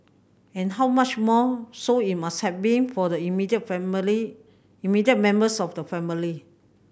and how much more so it must have been for the immediate family immediate members of the family